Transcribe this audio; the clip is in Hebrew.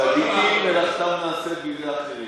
צדיקים, מלאכתם נעשית בידי אחרים.